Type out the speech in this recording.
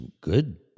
good